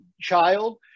child